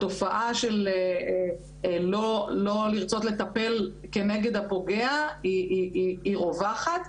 התופעה של לא לרצות לטפל כנגד הפוגע היא רווחת,